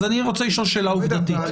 אז אני רוצה לשאול שאלה עובדתית.